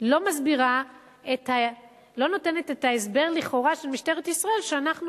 לא נותנת את ההסבר לכאורה של משטרת ישראל שאנחנו